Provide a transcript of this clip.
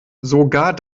sogar